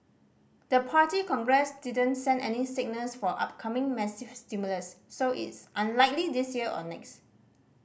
the Party Congress didn't send any signals for upcoming massive stimulus so it's unlikely this year or next